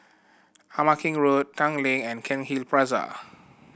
Ama Keng Road Tanglin and Cairnhill Plaza